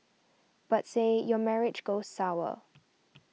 but say your marriage goes sour